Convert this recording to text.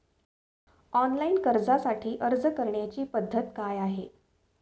Online कर्जासाठी अर्ज करण्याची पद्धत काय आहे?